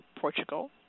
Portugal